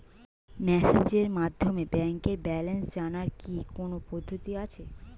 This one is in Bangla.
মেসেজের মাধ্যমে ব্যাংকের ব্যালেন্স জানার কি কোন পদ্ধতি আছে?